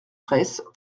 fraysse